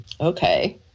Okay